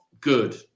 good